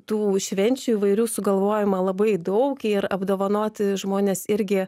tų švenčių įvairių sugalvojama labai daug ir apdovanoti žmonės irgi